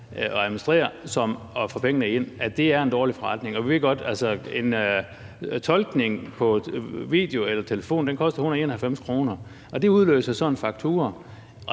at administrere det som at få pengene ind, og det er en dårlig forretning. Vi ved godt, at en tolkning på video eller telefon koster 191 kr., og det udløser så en faktura,